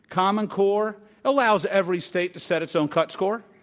common core allows every state to set its own cut score,